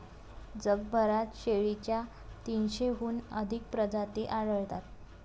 जगभरात शेळीच्या तीनशेहून अधिक प्रजाती आढळतात